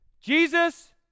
Jesus